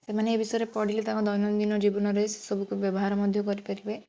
ସେମାନେ ଏ ବିଷୟରେ ପଢ଼ିଲେ ତାଙ୍କ ଦୈନନ୍ଦିନ ଜୀବନରେ ସେ ସବୁକୁ ବ୍ୟବହାର ମଧ୍ୟ କରିପାରିବେ